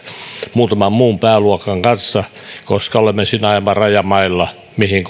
muutaman muun pääluokan kanssa koska olemme siinä aivan rajamailla siinä mihin